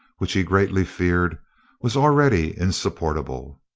which he greatly feared was already insupportable.